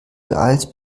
beeilst